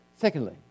Secondly